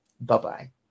Bye-bye